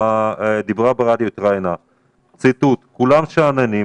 היא התראיינה ברדיו - "כולם שאננים,